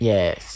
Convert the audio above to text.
Yes